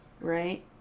Right